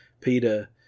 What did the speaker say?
Peter